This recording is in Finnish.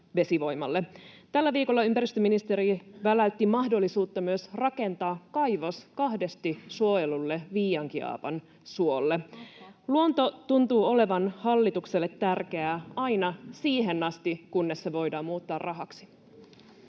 Tällä viikolla ympäristöministeri väläytti mahdollisuutta myös rakentaa kaivos kahdesti suojelulle Viiankiaavan suolle. Luonto tuntuu olevan hallitukselle tärkeää aina siihen asti, kunnes se voidaan muuttaa rahaksi.